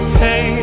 hey